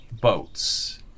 boats